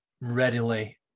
readily